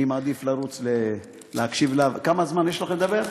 אני מעדיף לרוץ להקשיב, כמה זמן יש לך לדבר?